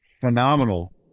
phenomenal